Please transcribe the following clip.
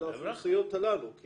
לאוכלוסיות הללו?